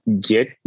get